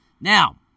now